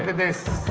this